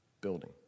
building